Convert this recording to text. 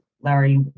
larry